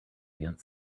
against